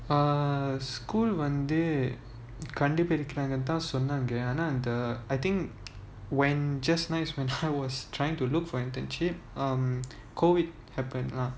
uh school வந்துகண்டிபிடிகளனுதான்சொன்னாங்கஆனாஇந்த:vanthu kandu pidikalanu than sonnanga aana intha the I think when just nice when I was trying to look for internship um COVID happened ah